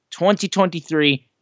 2023